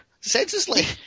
senselessly